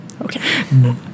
Okay